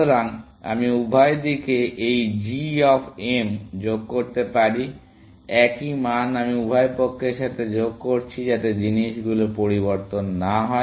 সুতরাং আমি উভয় দিকে এই g অফ m যোগ করতে পারি একই মান আমি উভয় পক্ষের সাথে যোগ করছি যাতে জিনিসগুলি পরিবর্তন না হয়